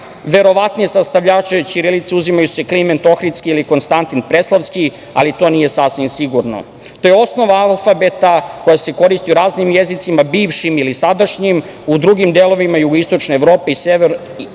najverovatnije sastavljače ćirilice uzimaju se Kliment Ohridski ili Konstantin Preslavski, ali to nije sasvim sigurno. To je osnova alfabeta koja se koristi u raznim jezicima, bivšim ili sadašnjim, u drugim delovima jugoistočne Evrope i severne